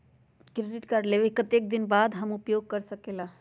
Credit card लेबे के कतेक दिन बाद हम उपयोग कर सकेला?